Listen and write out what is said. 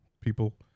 people